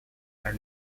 are